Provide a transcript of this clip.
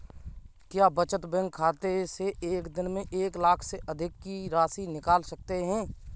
क्या बचत बैंक खाते से एक दिन में एक लाख से अधिक की राशि निकाल सकते हैं?